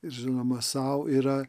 ir žinoma sau yra